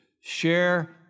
share